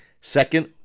Second